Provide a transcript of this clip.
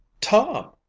Tom